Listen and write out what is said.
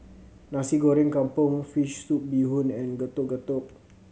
Nasi Goreng Kampung fish soup bee hoon and Getuk Getuk